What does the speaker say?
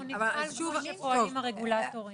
אנחנו נבחן שוב איך פועלים הרגולטורים.